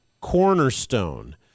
cornerstone